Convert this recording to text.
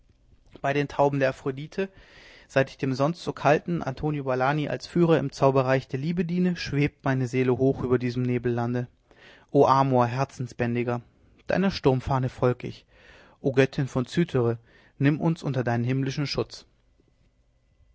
bei den tauben der aphrodite seit ich dem sonst so kalten antonio valani als führer im zauberreich der liebe diene schwebt meine seele hoch über diesem nebellande o amor herzensbändiger deiner sturmfahne folg ich o göttin von cythere nimm uns unter deinen himmlischen schutz